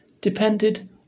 depended